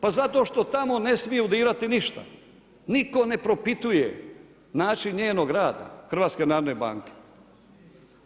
Pa zato što tamo ne smiju dirati ništa, nitko ne propituje način njenog rada HNB-a.